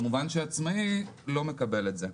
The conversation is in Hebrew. כמובן שעצמאי לא מקבל את זה.